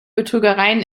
betrügereien